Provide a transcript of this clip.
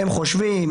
הם חושבים,